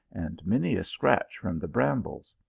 and many a scratch from the brambles.